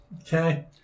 Okay